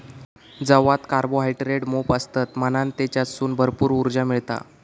जवात कार्बोहायड्रेट मोप असतत म्हणान तेच्यासून भरपूर उर्जा मिळता